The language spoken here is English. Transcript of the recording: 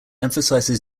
emphasizes